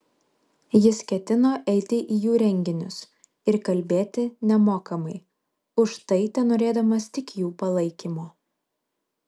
jis ketino eiti į jų renginius ir kalbėti nemokamai už tai tenorėdamas tik jų palaikymo